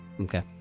Okay